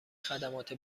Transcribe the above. خدمات